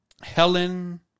Helen